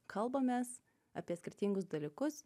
kalbamės apie skirtingus dalykus